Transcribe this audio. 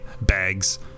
bags